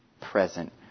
present